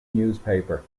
newspaper